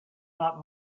not